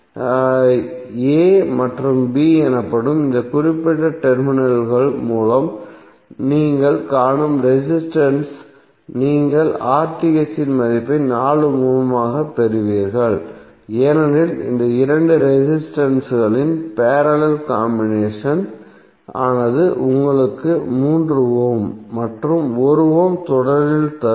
a மற்றும் b எனப்படும் இந்த குறிப்பிட்ட டெர்மினல்கள் மூலம் நீங்கள் காணும் ரெசிஸ்டன்ஸ் நீங்கள் இன் மதிப்பை 4 ஓம் ஆகப் பெறுவீர்கள் ஏனெனில் இந்த இரண்டு ரெசிஸ்டன்ஸ்களின் பேரலல் காம்பினேஷன் ஆனது உங்களுக்கு 3 ஓம் மற்றும் 1 ஓம் தொடரில் தரும்